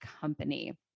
company